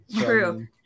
True